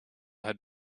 had